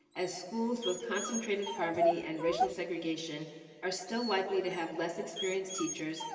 as schools with concentrated poverty and racial segregation are still likely to have less experienced teachers,